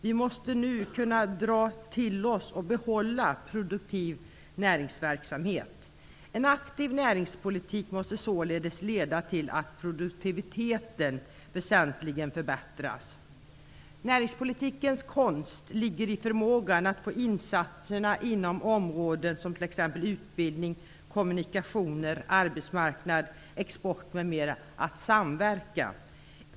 Vi måste nu kunna dra till oss och behålla produktiv näringsverksamhet. En aktiv näringspolitik måste således leda till att produktiviteten väsentligen förbättras. Näringspolitikens konst ligger i förmågan att få insatserna inom områden som utbildning, kommunikationer, arbetsmarknad, export m.m. att samverka.